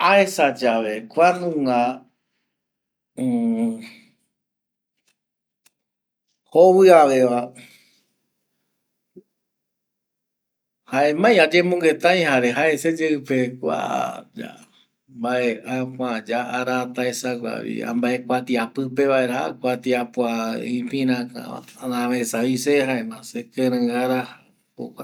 Aesa yave kuanaunga joviaveva jaemai ayemongueta aï jare jae seyeipe kua ya arata esagua ambaekuatia pupe guara, jaema se kirei araja.